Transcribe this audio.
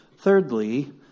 thirdly